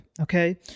okay